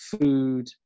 food